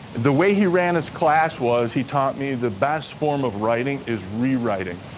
the way he ran his class was he taught me the best form of writing is rewriting.